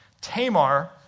Tamar